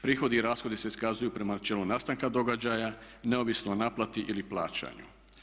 Prihodi i rashodi se iskazuju prema načelu nastanka događaja neovisno o naplati ili plaćanju.